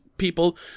people